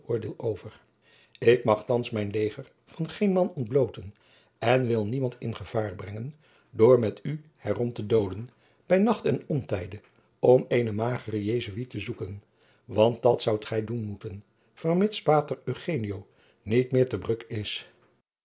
over ik mag thands mijn leger van geen man ontblooten en wil niemand in gevaar brengen door met u herom te doolen bij nacht en ontijde om eenen mageren jesuit te zoeken want dat zoudt gij doen moeten vermits pater eugenio niet meer te bruck is